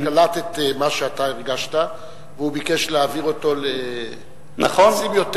קלט את מה שאתה הרגשת והוא ביקש להעביר אותו לפסים יותר